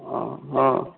हाँ हाँ